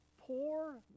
poor